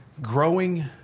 Growing